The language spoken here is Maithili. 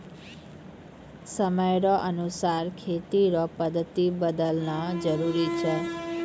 समय रो अनुसार खेती रो पद्धति बदलना जरुरी छै